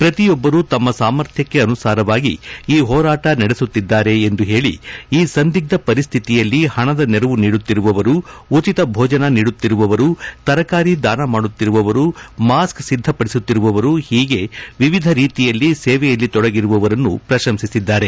ಪ್ರತಿಯೊಬ್ಬರೂ ತಮ್ಮ ಸಾಮರ್ಥ್ಯಕ್ಕೆ ಅನುಸಾರವಾಗಿ ಈ ಹೋರಾಟ ನಡೆಸುತ್ತಿದ್ದಾರೆ ಎಂದು ಹೇಳಿ ಈ ಸಂದಿಗ್ಡ ಪರಿಸ್ತಿತಿಯಲ್ಲಿ ಹಣದ ನೆರವು ನೀಡುತ್ತಿರುವವರು ಉಚಿತ ಭೋಜನ ನೀಡುತ್ತಿರುವವರು ತರಕಾರಿ ಧಾನ ಮಾಡುತ್ತಿರುವವರು ಮಾಸ್ಕ್ ಸಿದ್ದ ಪಡಿಸುತ್ತಿರುವವರು ಹೀಗೆ ವಿವಿಧ ರೀತಿಯಲ್ಲಿ ಸೇವೆಯಲ್ಲಿ ತೊಡಗಿರುವವರನ್ನು ಪ್ರಶಂಸಿಸಿದ್ದಾರೆ